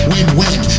Win-win